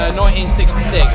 1966